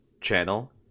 channel